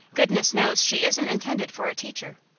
goodness knows she isn't intended for a teacher.